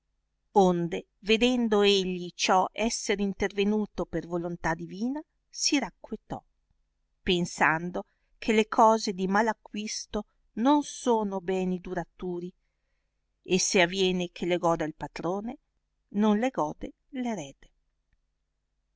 onde vedendo egli ciò esser intervenuto per volontà divina si racquetò pensando che le cose di malacquisto non sono beni duraturi e se aviene che le goda il patrone non le gode l erede